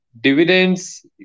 Dividends